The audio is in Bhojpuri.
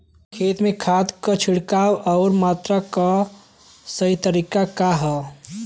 खेत में खाद क छिड़काव अउर मात्रा क सही तरीका का ह?